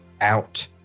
out